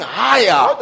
higher